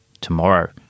tomorrow